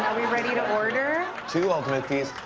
are we ready to order? two ultimate feasts,